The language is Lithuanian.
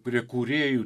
prie kūrėjų